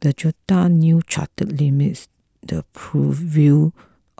the junta's new charter limits the purview